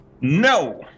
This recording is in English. No